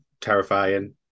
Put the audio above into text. terrifying